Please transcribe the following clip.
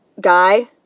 guy